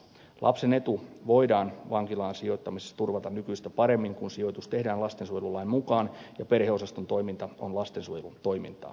lapsen etu voidaan vankilaan sijoittamisessa turvata nykyistä paremmin kun sijoitus tehdään lastensuojelulain mukaan ja perheosaston toiminta on lastensuojelun toimintaa